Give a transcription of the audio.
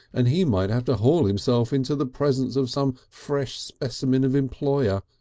and he might have to haul himself into the presence of some fresh specimen of employer,